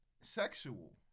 sexual